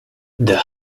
the